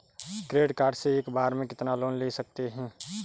Credit card से एक बार में कितना लोन ले सकते हैं?